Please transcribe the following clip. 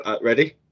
ready